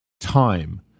time